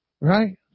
right